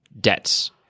debts